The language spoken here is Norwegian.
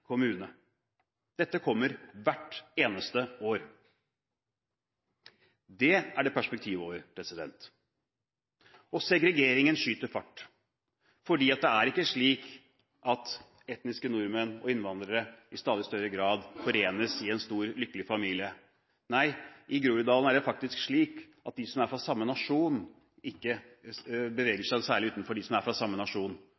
kommune. Dette skjer hvert eneste år. Det er det perspektiv over. Segregeringen skyter fart, for det er ikke slik at etniske nordmenn og innvandrere i stadig større grad forenes i en stor lykkelig familie. Nei, i Groruddalen er det faktisk slik at de som er fra samme nasjon,